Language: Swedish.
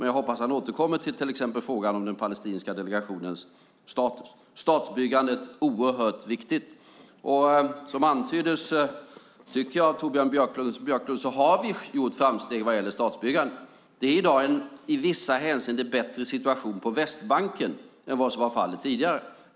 Jag hoppas att han återkommer till exempelvis frågan om den palestinska delegationens status. Statsbyggandet är oerhört viktigt. Som antyddes av Torbjörn Björlund har vi gjort framsteg vad gäller statsbyggandet. Det är i dag en i vissa hänseenden bättre situation på Västbanken än vad som var fallet tidigare.